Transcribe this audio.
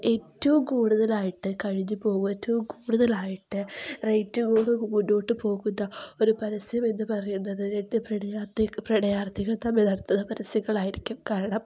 ഏറ്റവും കൂടുതലായിട്ട് കഴിഞ്ഞു പോവുക ഏറ്റവും കൂടുതലായിട്ട് റേറ്റ് മുന്നോട്ട് പോകുന്ന ഒരു പരസ്യം എന്നു പറയുന്നത് രണ്ട് പ്രണയാർത്ഥി പ്രണയാർത്ഥികൾ തമ്മിൽ നടത്തുന്ന പരസ്യങ്ങളായിരിക്കും കാരണം